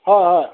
হয় হয়